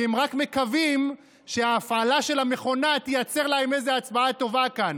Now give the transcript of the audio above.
כי הם מקווים שההפעלה של המכונה תייצר להם איזה הצבעה טובה כאן.